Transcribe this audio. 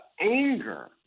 anger